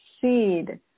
seed